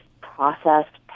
processed